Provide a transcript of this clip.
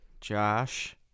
Josh